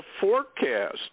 forecast